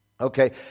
Okay